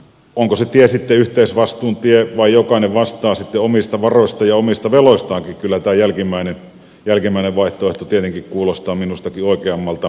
onko se tie sitten yhteisvastuun tie vai jokainen vastaa omista varoistaan ja omista veloistaankin kyllä tämä jälkimmäinen vaihtoehto tietenkin kuulostaa minustakin oikeammalta